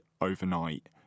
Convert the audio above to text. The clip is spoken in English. overnight